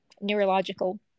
neurological